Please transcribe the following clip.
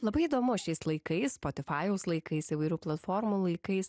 labai įdomu šiais laikais spotifajaus laikais įvairių platformų laikais